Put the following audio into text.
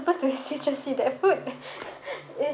supposed to be citrusy that food